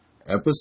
Episode